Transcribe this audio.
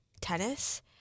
tennis